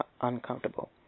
uncomfortable